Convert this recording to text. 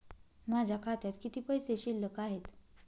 माझ्या खात्यात किती पैसे शिल्लक आहेत?